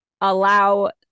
allow